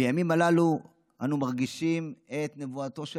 בימים הללו אנו מרגישים את נבואתו של